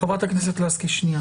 חברת הכנסת לסקי, שנייה.